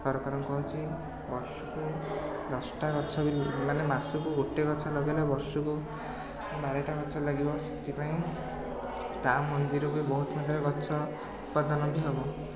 ସରକାରଙ୍କୁ କହୁଛି ବର୍ଷକୁ ଦଶଟା ଗଛ ବି ମାନେ ମାସକୁ ଗୋଟେ ଗଛ ଲଗେଇଲେ ବର୍ଷକୁ ବାରଟା ଗଛ ଲାଗିବ ସେଥିପାଇଁ ତା' ମଞ୍ଜିରୁ ବି ବହୁତ ମାତ୍ରାରେ ଗଛ ଉତ୍ପାଦନ ବି ହେବ